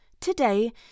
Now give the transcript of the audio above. today